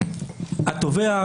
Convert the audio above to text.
התובע,